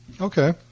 Okay